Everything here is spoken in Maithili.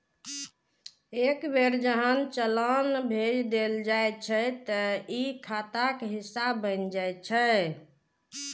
एक बेर जहन चालान भेज देल जाइ छै, ते ई खाताक हिस्सा बनि जाइ छै